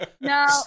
No